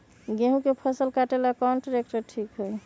गेहूं के फसल कटेला कौन ट्रैक्टर ठीक होई?